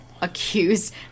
accused